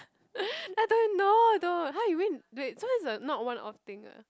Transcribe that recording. I tell him no don't !huh! you win wait so that's a not one off thing ah